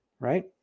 right